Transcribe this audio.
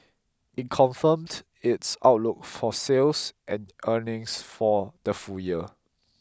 it confirmed its outlook for sales and earnings for the full year